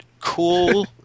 cool